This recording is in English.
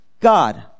God